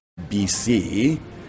BC